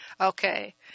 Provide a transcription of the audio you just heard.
Okay